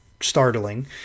startling